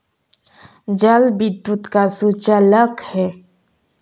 जल विद्युत का सुचालक है